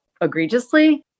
egregiously